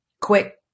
quick